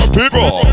people